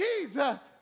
Jesus